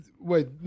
Wait